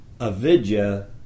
avidya